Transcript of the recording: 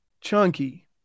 chunky